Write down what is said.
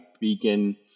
beacon